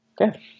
Okay